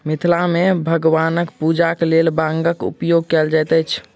मिथिला मे भगवानक पूजाक लेल बांगक उपयोग कयल जाइत अछि